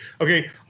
okay